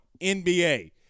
NBA